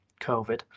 COVID